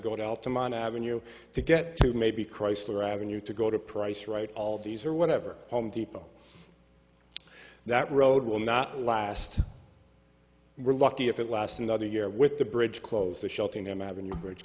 hell to mine avenue to get to maybe chrysler ave to go to price right all of these or whatever home depot that road will not last we're lucky if it lasts another year with the bridge closed the sheltering them avenue bridge